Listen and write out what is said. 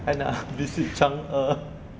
I nak visit chang'e you're on the move